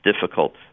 difficult